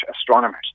astronomers